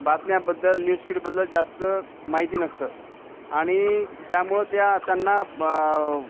बातम्याबद्दल news फीडबद्दल जास्त माहिती नसतं आणि त्यामुळं त्या त्यांना